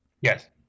Yes